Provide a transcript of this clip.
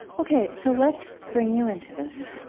ok. so let's bring you into this